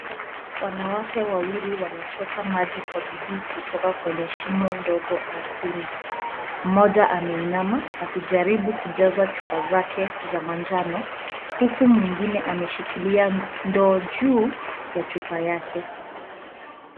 Wanawake wawili wanaochota maji kwa bidii kutoka kwenye shimo ndogo ardhini mmoja ameinama akijaribu kujaza chupa zake za manjano huku mwingine ameshikilia ndoo juu ya chupa yake.